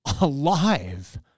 alive